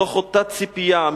מתוך אותה ציפייה,